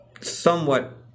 somewhat